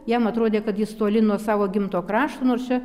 jam atrodė kad jis toli nuo savo gimto krašto nors čia